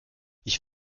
ich